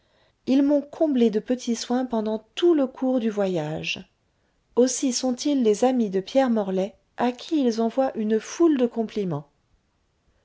ils m'ont comblé de petits soins pendant tout le cour du voyage aussi sont-ils des amis de pierre morlaix à qui ils envoient une foule de compliments